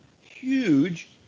Huge